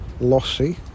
Lossy